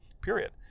period